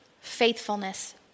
faithfulness